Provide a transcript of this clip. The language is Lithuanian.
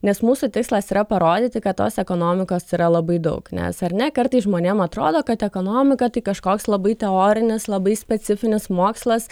nes mūsų tikslas yra parodyti kad tos ekonomikos yra labai daug nes ar ne kartais žmonėm atrodo kad ekonomika tai kažkoks labai teorinis labai specifinis mokslas